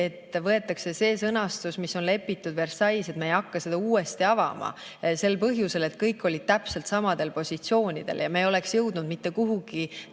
et võetakse see sõnastus, mis on kokku lepitud Versailles's, et me ei hakka seda uuesti avama, sel põhjusel, et kõik olid täpselt samadel positsioonidel ja me ei oleks jõudnud mitte kuhugi,